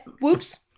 Whoops